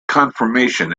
conformation